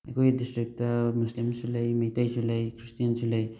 ꯑꯩꯈꯣꯏꯒꯤ ꯗꯤꯁꯇ꯭ꯔꯤꯛꯇ ꯃꯨꯁꯂꯤꯝꯁꯨ ꯂꯩ ꯃꯩꯇꯩꯁꯨ ꯂꯩ ꯈ꯭ꯔꯤꯁꯇꯦꯟꯁꯨ ꯂꯩ